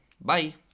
Bye